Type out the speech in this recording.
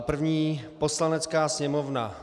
První: Poslanecká sněmovna